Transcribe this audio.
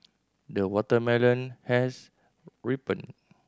the watermelon has ripened